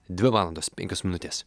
dvi valandos penkios minutės